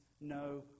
no